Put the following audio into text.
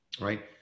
right